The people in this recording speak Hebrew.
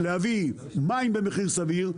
להביא מים במחיר סביר,